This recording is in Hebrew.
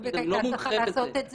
"דובק" היתה צריכה לעשות את זה,